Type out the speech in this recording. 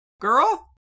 Girl